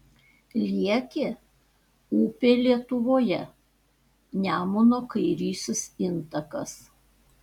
liekė upė lietuvoje nemuno kairysis intakas